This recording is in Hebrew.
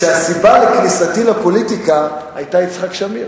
שהסיבה לכניסתי לפוליטיקה היתה יצחק שמיר.